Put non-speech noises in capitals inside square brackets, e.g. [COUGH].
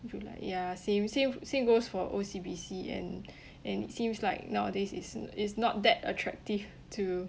if you like ya same same same goes for O_C_B_C and [BREATH] and it seems like nowadays is is not that attractive to